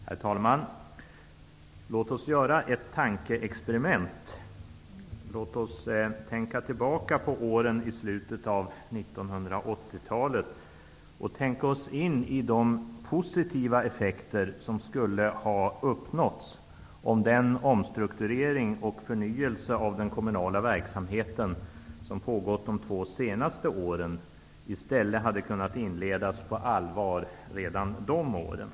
Herr talman! Låt oss göra ett tankeexperiment. Låt oss tänka tillbaka på åren i slutet av 1980-talet och tänka oss in i de positiva effekter som skulle ha uppnåtts om den omstrukturering och förnyelse av den kommunala verksamheten som pågått de två senaste åren i stället hade kunnat inledas på allvar redan de åren.